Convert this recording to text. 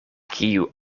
kiu